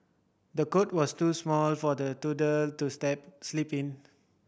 the cot was too small for the toddler to step sleep in